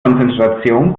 konzentration